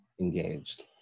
engaged